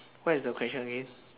what is the question again